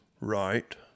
Right